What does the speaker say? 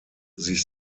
sich